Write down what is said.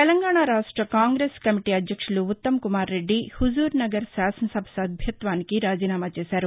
తెలంగాణ రాష్ట కాంగ్రెస్ కమిటీ అధ్యక్షులు ఉత్తమ్ కుమార్ రెడ్డి హుజూర్ నగర్ శాసనసభ సభ్యత్వానికి రాజీనామా చేశారు